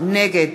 נגד